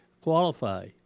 qualify